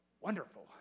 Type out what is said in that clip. wonderful